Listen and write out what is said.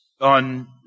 on